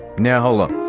now hold up.